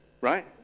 Right